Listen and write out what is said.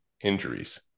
injuries